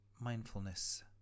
mindfulness